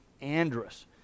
Andrus